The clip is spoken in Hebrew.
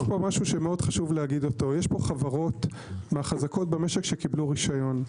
יש פה חברות מהחזקות במשק שקיבלו רשיון.